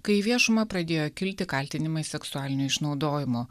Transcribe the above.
kai į viešumą pradėjo kilti kaltinimai seksualiniu išnaudojimu